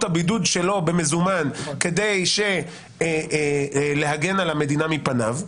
הבידוד שלו במזומן כדי להגן על המדינה מפניו,